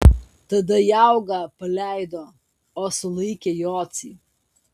tada jaugą paleido o sulaikė jocį